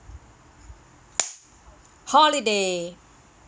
holiday